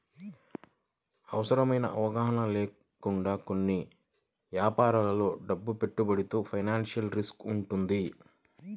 సరైన అవగాహన లేకుండా కొన్ని యాపారాల్లో డబ్బును పెట్టుబడితో ఫైనాన్షియల్ రిస్క్ వుంటది